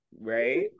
right